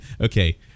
okay